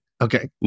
Okay